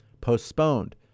postponed